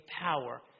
power